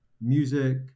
music